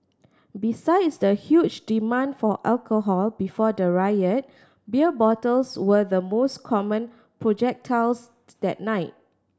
besides the huge demand for alcohol before the riot beer bottles were the most common projectiles that night